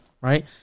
right